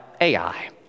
AI